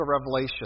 Revelation